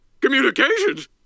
communications